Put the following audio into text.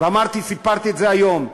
סיפרתי את זה היום,